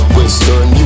Western